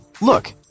look